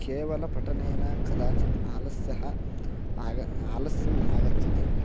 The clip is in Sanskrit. केवलं पठनेन कदाचित् आलस्यः आग आलस्यम् आगच्छति